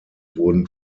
wurden